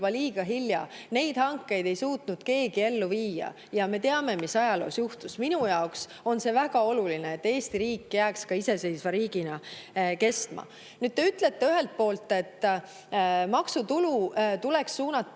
liiga hilja. Neid hankeid ei suutnud keegi ellu viia. Me teame, mis ajaloos juhtus. Minu jaoks on väga oluline, et Eesti riik jääks iseseisva riigina kestma. Te ütlete, et maksutulu tuleks suunata